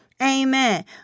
Amen